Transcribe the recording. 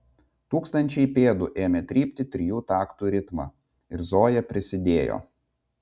tūkstančiai pėdų ėmė trypti trijų taktų ritmą ir zoja prisidėjo